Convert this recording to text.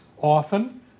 often